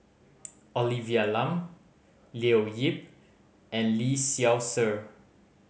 Olivia Lum Leo Yip and Lee Seow Ser